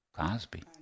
Cosby